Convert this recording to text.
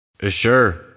Sure